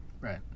Right